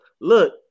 look